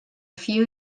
few